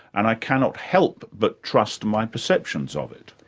and i cannot help but trust my perceptions of it.